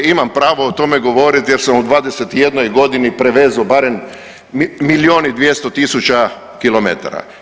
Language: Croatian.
Imamo pravo o tome govoriti jer sam u 21 godini prevezao barem milion i 200 tisuća kilometara.